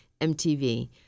MTV